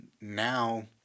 now